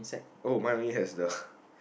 oh my only has the